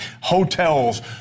hotels